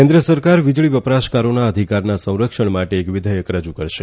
કેન્દ્ર સરકાર વિજળી વપરાશકારીના અધિકારના સંરક્ષણ માટે એક વિઘેચક રજૂ કરશે